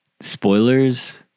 spoilers